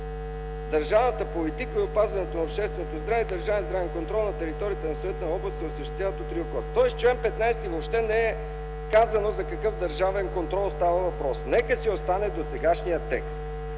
Държавната политика по опазването на общественото здраве и държавният здравен контрол на територията на съответната област се осъществяват от РИОКОЗ.” В чл. 15 въобще не е казано за какъв държавен контрол става въпрос. Нека си остане досегашният текст.